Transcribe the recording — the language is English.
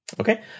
Okay